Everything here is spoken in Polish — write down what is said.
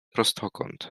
prostokąt